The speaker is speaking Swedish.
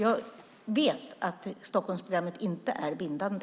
Jag vet att Stockholmsprogrammet inte är bindande.